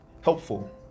helpful